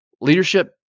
leadership